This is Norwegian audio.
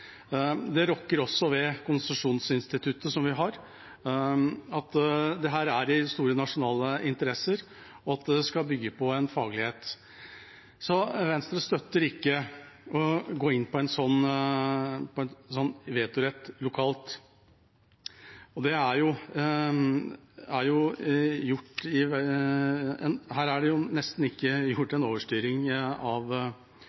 Det rokker også ved konsesjonsinstituttet vi har – at her er det store nasjonale interesser og det skal bygge på en faglighet. Venstre støtter ikke å gå inn på en vetorett lokalt. Her er det nesten ikke gjort en overstyring av